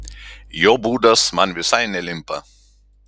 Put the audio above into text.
jo būdas man visai nelimpa